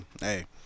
hey